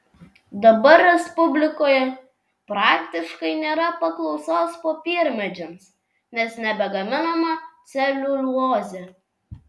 dabar respublikoje praktiškai nėra paklausos popiermedžiams nes nebegaminama celiuliozė